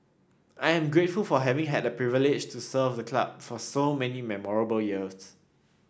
I am grateful for having had the privilege to serve the club for so many memorable years